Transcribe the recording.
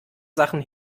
sachen